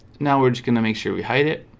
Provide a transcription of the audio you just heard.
now we're just gonna make sure we hide it